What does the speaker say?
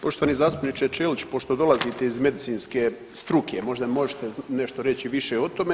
Poštovani zastupniče Ćelić, pošto dolazite iz medicinske struke možda možete nešto reći više o tome.